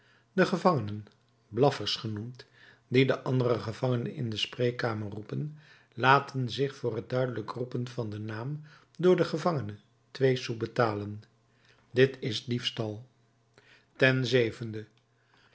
de gevangenen blaffers genoemd die de andere gevangenen in de spreekkamer roepen laten zich voor het duidelijk roepen van den naam door den gevangene twee sous betalen dit is diefstal ten zevende